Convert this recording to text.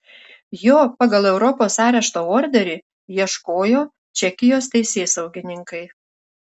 jo pagal europos arešto orderį ieškojo čekijos teisėsaugininkai